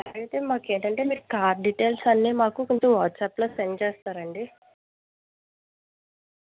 okay అండి అయితే ఏంటంటే మరి మీరు కార్ డీటెయిల్స్ అన్నీ వాట్సాప్లో సెండ్ చేస్తారా అండి